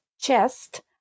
chest